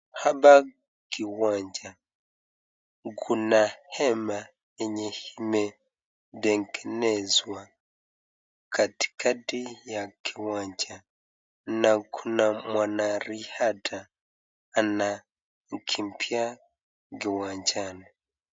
Hapa kiwanja kuna hema yenye imetengenezwa katikati ya kiwanja na kuna mwanariadha anakimbia kiwanjani.